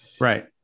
Right